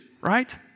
right